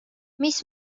mis